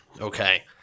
Okay